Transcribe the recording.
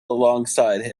alongside